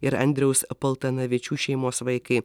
ir andriaus paltanavičių šeimos vaikai